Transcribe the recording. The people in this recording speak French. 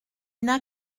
n’a